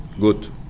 Good